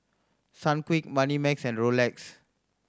Sunquick Moneymax and Rolex